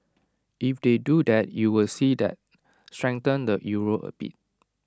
if they do that you would see that strengthen the euro A bit